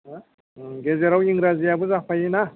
होह ओम गेजेराव इंराजियाबो जाफायोना